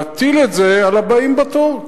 להטיל את זה על הבאים בתור,